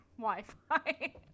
Wi-Fi